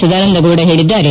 ಸದಾನಂಗೌಡ ಹೇಳಿದ್ದಾರೆ